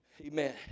Amen